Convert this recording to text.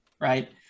right